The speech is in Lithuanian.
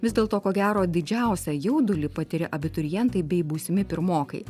vis dėlto ko gero didžiausią jaudulį patiria abiturientai bei būsimi pirmokai